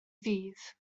ddydd